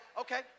okay